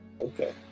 Okay